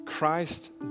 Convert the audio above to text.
Christ